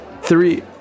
three